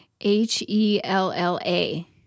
H-E-L-L-A